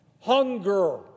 Hunger